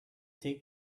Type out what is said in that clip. take